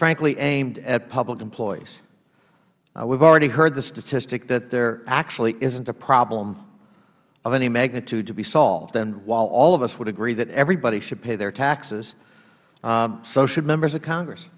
frankly aimed at public employees we have already heard the statistic that there actually isnt a problem of any magnitude to be solved while all of us would agree that everybody should pay their taxes so should members of congress